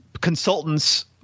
consultants